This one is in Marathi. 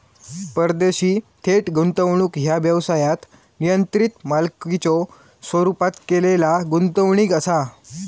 परदेशी थेट गुंतवणूक ह्या व्यवसायात नियंत्रित मालकीच्यो स्वरूपात केलेला गुंतवणूक असा